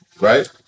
right